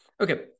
Okay